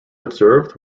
observed